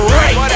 right